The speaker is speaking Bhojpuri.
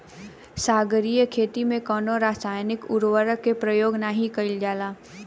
सागरीय खेती में कवनो रासायनिक उर्वरक के उपयोग नाही कईल जाला